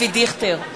אבי דיכטר,